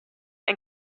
and